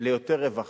ליותר רווחה,